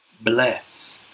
bless